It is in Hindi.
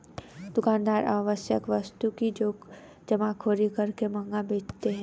दुकानदार आवश्यक वस्तु की जमाखोरी करके महंगा बेचते है